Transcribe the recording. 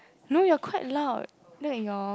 no you're quite loud no ignore